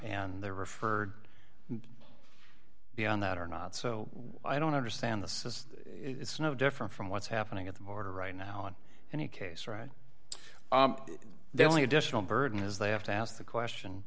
and they're referred beyond that or not so i don't understand this is it's no different from what's happening at the border right now on any case right there only additional burden is they have to ask the question